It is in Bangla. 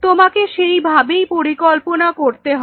তোমাকে সেইভাবেই পরিকল্পনা করতে হবে